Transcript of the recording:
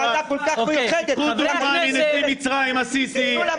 ------ קחו דוגמה מנשיא מצרים א-סיסי,